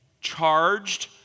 charged